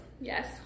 Yes